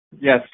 yes